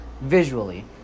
visually